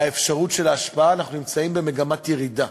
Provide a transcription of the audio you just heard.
האפשרות של ההשפעה, אנחנו נמצאים במגמת ירידה,